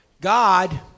God